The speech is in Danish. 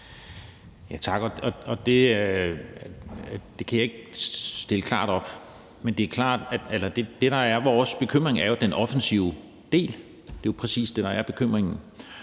Tak. Det kan jeg ikke stille klart op, men det er klart, at det, der er vores bekymring, er den offensive del. Det er præcis det, der er bekymringen.